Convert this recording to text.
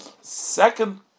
second